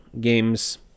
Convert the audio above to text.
games